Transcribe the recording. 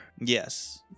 Yes